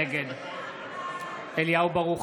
נגד אליהו ברוכי,